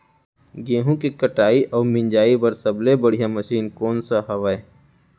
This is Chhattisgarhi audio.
गेहूँ के कटाई अऊ मिंजाई बर सबले बढ़िया मशीन कोन सा हवये?